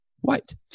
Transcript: white